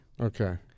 Okay